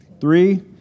Three